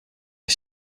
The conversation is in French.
est